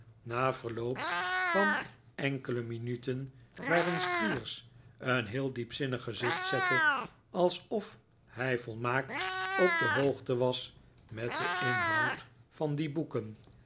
philosophie enkele minuten waarin squeers een heel diepzinnig gezicht zette alsof hij volmaakt op de hoogte was met den inhoud van die boeken